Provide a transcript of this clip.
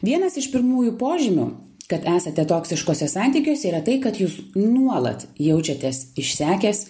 vienas iš pirmųjų požymių kad esate toksiškuose santykiuose yra tai kad jūs nuolat jaučiatės išsekęs